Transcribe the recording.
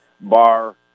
bar